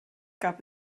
gab